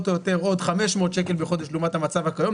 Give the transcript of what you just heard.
או יותר עוד 500 שקלים בחודש לעומת המצב הקיים כיום.